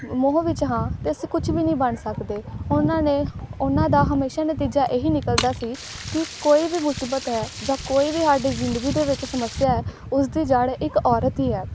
ਮੋਹ ਵਿੱਚ ਹਾਂ ਤਾਂ ਅਸੀਂ ਕੁਛ ਵੀ ਨਹੀਂ ਬਣ ਸਕਦੇ ਉਹਨਾਂ ਨੇ ਉਹਨਾਂ ਦਾ ਹਮੇਸ਼ਾ ਨਤੀਜਾ ਇਹ ਹੀ ਨਿਕਲਦਾ ਸੀ ਹ ਕੋਈ ਵੀ ਮੁਸੀਬਤ ਹੈ ਜਾਂ ਕੋਈ ਵੀ ਸਾਡੀ ਜ਼ਿੰਦਗੀ ਦੇ ਵਿੱਚ ਸਮੱਸਿਆ ਹੈ ਉਸ ਦੀ ਜੜ੍ਹ ਇੱਕ ਔਰਤ ਹੀ ਹੈ